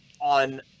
on